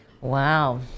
wow